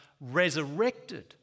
resurrected